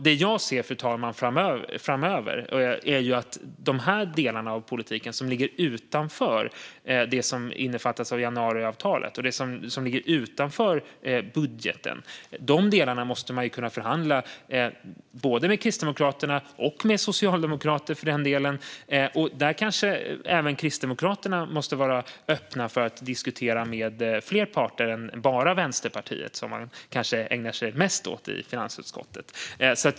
Det jag ser framöver, fru talman, är att de delarna av politiken som ligger utanför januariavtalet, utanför budgeten, måste man kunna förhandla om med både kristdemokrater och socialdemokrater. Där kanske även Kristdemokraterna måste vara öppna för att diskutera med fler parter än bara Vänsterpartiet, som man kanske ägnar sig mest åt i finansutskottet.